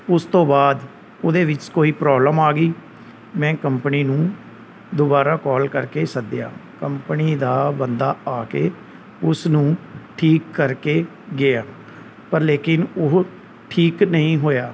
ਉਸ ਤੋਂ ਬਾਅਦ ਉਹਦੇ ਵਿੱਚ ਕੋਈ ਪ੍ਰੋਬਲਮ ਆ ਗਈ ਮੈਂ ਕੰਪਨੀ ਨੂੰ ਦੁਬਾਰਾ ਕੌਲ ਕਰਕੇ ਸੱਦਿਆ ਕੰਪਨੀ ਦਾ ਬੰਦਾ ਆ ਕੇ ਉਸ ਨੂੰ ਠੀਕ ਕਰਕੇ ਗਿਆ ਪਰ ਲੇਕਿਨ ਉਹ ਠੀਕ ਨਹੀਂ ਹੋਇਆ